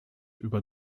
über